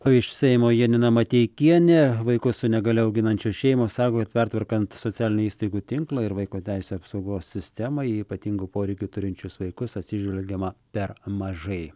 o iš seimo janina mateikienė vaikus su negalia auginančios šeimos sako kad pertvarkant socialinių įstaigų tinklą ir vaiko teisių apsaugos sistemą ypatingų poreikių turinčius vaikus atsižvelgiama per mažai